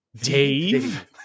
Dave